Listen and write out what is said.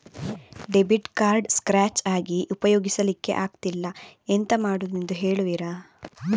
Debit card scratch ಆಗಿ ಉಪಯೋಗಿಸಲ್ಲಿಕ್ಕೆ ಆಗ್ತಿಲ್ಲ, ಎಂತ ಮಾಡುದೆಂದು ಹೇಳುವಿರಾ?